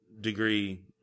degree